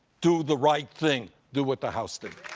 do the right thing, do what the house did.